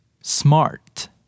smart